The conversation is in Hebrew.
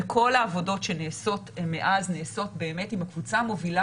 וכל העבודות שנעשות מאז נעשות באמת עם הקבוצה המובילה